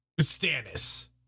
Stannis